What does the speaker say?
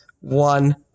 one